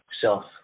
self